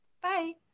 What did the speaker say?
bye